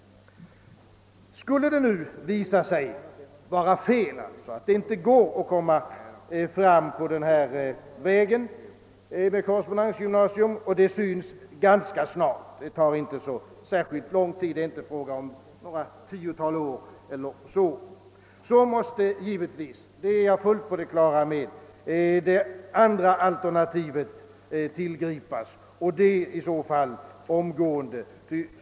Skulle det nu visa sig att det inte går att komma fram på den här vägen — det kommer att visa sig ganska snart; det är inte fråga om tiotals år — så måste givetvis det andra alternativet tillgripas, och det i så fall omgående.